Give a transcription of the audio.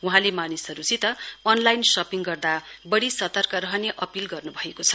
वहाँले मानिसहरुसित online shopping गर्दा वढ़ी सतर्क रहने अपील गर्नुभएको छ